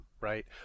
right